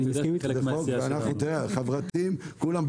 כולנו חברתיים.